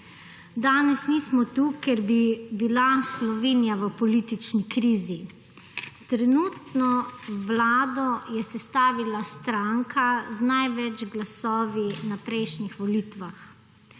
Danes nismo tukaj, ker bi bila Slovenija v politični krizi. Trenutno Vlado je sestavila stranka z največ glasovi na prejšnjih volitvah.